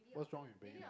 what's wrong with being